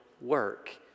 work